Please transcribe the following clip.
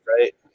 right